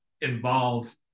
involve